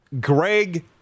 Greg